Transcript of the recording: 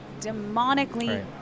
demonically